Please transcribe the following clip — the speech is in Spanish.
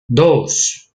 dos